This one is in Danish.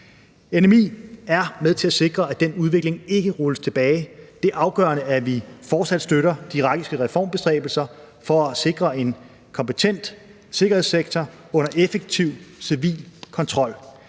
NMI er med til at sikre, at den udvikling ikke rulles tilbage, og det er afgørende, at vi fortsat støtter de irakiske reformbestræbelser for at sikre en kompetent sikkerhedssektor under effektiv civil kontrol